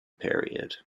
period